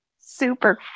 super